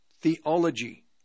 theology